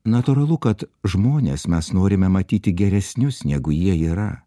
natūralu kad žmones mes norime matyti geresnius negu jie yra